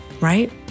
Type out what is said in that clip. right